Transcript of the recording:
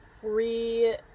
free-